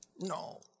No